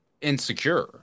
insecure